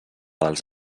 dels